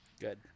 good